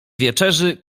wieczerzy